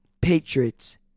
Patriots